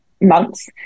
months